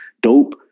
Dope